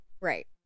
Right